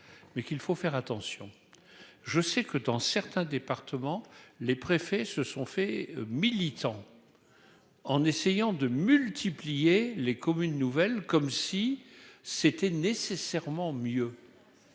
mais qu'il faut faire attention, je sais que dans certains départements, les préfets se sont faits militant en essayant de multiplier les communes nouvelles comme si c'était nécessairement mieux